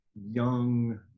young